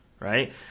Right